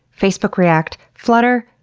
facebook react, flutter,